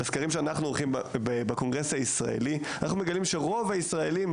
בסקרים שאנחנו עורכים בקונגרס הישראלי אנחנו מגלים שרוב הישראלים,